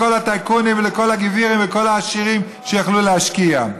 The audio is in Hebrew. לכל הטייקונים ולכל הגבירים ולכל העשירים שיכלו להשקיע.